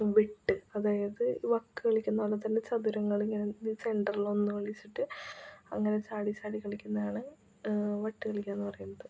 വെട്ട് അതായത് വക്ക് കളിക്കുന്നതു പോലെ തന്നെ ചതുരങ്ങളിങ്ങനെ ഇത് സെൻ്ററിലൊന്നിങ്ങനെ വെച്ചിട്ട് അങ്ങനെ ചാടിച്ചാടി കളിക്കുന്നതാണ് വട്ട് കളിക്കുകയെന്നു പറയുന്നത്